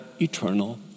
eternal